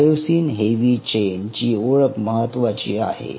Miocene heavy chain ची ओळख महत्त्वाची आहे